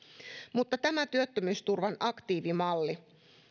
tämä työttömyysturvan aktiivimalli